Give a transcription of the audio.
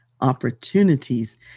opportunities